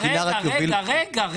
רגע, רגע.